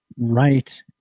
right